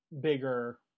bigger